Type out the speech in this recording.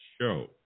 show